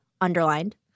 underlined